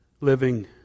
living